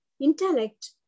intellect